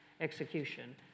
execution